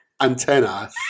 antenna